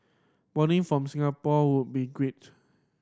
boarding from Singapore would be great